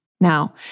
Now